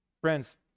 Friends